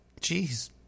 Jeez